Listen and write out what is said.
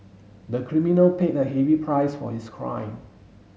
the criminal paid a heavy price for his crime